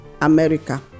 america